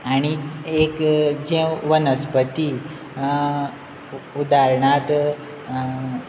आनी एक जें वनस्पती उदाहरणांत